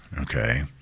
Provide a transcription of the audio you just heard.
okay